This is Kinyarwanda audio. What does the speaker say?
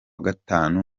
gatanu